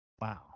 wow